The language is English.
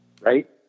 Right